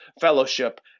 fellowship